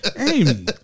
Amy